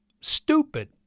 stupid